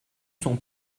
son